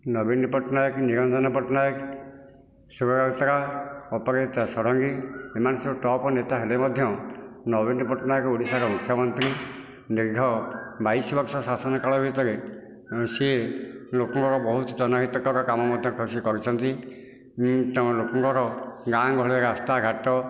ନବୀନ ପଟ୍ଟନାୟକ ନିରଞ୍ଜନ ପଟ୍ଟନାୟକ ସୁର ରାଉତରାୟ ଅପରାଜିତା ଷଡ଼ଙ୍ଗୀ ଏମାନେ ସବୁ ଟପ୍ ନେତା ହେଲେ ମଧ୍ୟ ନବୀନ ପଟ୍ଟନାୟକ ଓଡ଼ିଶାର ମୁଖ୍ୟମନ୍ତ୍ରୀ ଦୀର୍ଘ ବାଇଶ ବର୍ଷ ଶାସନ ଭିତରେ ସିଏ ଲୋକଙ୍କର ବହୁତ ଜନହିତକର କାମ ମଧ୍ୟ ସେ କରିଛନ୍ତି ତେଣୁ ଲୋକଙ୍କର ଗାଁ ଗହଳି ରାସ୍ତାଘାଟ